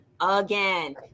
again